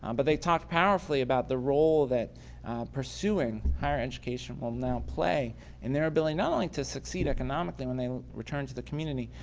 um but they talked powerfully about the role that pursuing higher education will now play in their ability, not only to succeed economically when they return to the community,